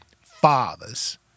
fathers